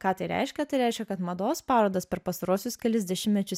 ką tai reiškia tai reiškia kad mados parodas per pastaruosius kelis dešimtmečius